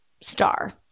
star